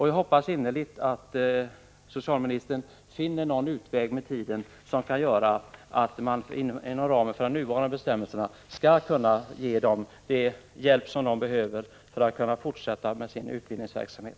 Jag hoppas innerligt att socialministern med tiden finner någon utväg, så att man inom ramen för de nuvarande bestämmelserna kan ge den hjälp som föreningen behöver för att den skall kunna fortsätta med sin utbildningsverksamhet.